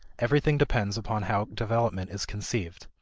everything depends upon how development is conceived.